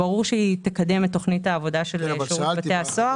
ברור שהיא תקדם את תוכנית העבודה של שירות בתי הסוהר.